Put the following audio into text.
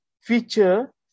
feature